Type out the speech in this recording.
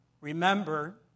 remember